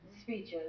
speeches